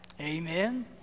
amen